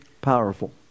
powerful